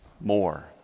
more